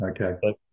Okay